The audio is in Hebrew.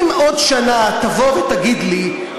אם עוד שנה תבוא ותגיד לי,